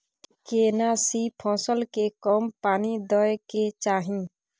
केना सी फसल के कम पानी दैय के चाही?